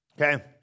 okay